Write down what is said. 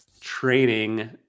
training